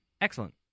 Excellent